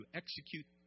execute